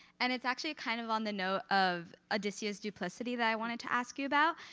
and it's actually kind of on the note of odysseus' duplicity that i wanted to ask you about.